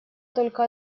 только